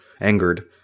angered